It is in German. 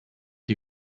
die